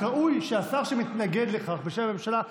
ראוי שהשר שמתנגד לכך בשם הממשלה,